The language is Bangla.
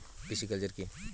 পিসিকালচার কি?